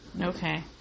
Okay